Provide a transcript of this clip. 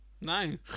No